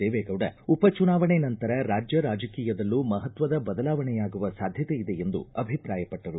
ದೇವೇಗೌಡ ಉಪಚುನಾವಣೆ ನಂತರ ರಾಜ್ಯ ರಾಜಕೀಯದಲ್ಲೂ ಮಹತ್ವದ ಬದಲಾವಣೆಯಾಗುವ ಸಾಧ್ಯತೆ ಇದೆ ಎಂದು ಅಭಿಪ್ರಾಯಪಟ್ಟರು